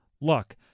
luck